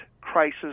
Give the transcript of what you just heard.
crisis